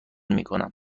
میکنم